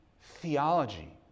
theology